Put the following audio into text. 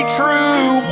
true